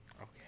Okay